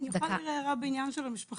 אני יכולה להעיר הערה בעניין של המשפחה?